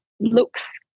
looks